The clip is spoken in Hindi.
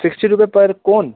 सिक्स्टी रुपए पर कोन